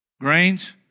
grains